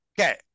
Okay